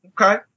Okay